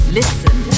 listen